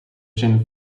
chin